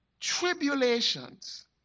tribulations